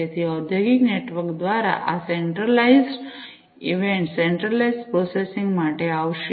તેથી ઔદ્યોગિક નેટવર્ક દ્વારા data centralise event centralised processing માટે આવશે